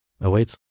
awaits